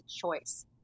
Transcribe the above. choice